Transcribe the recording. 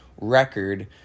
record